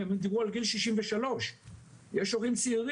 הם רק דיברו על גיל 63 ויש הורים צעירים,